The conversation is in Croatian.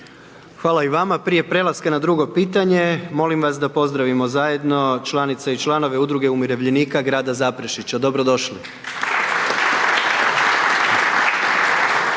Gordan (HDZ)** Prije prelaska na drugo pitanje, molim vas da pozdravimo zajedno, članove i članice Udruge umirovljenika grada Zaprešića, dobrodošli.